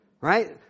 Right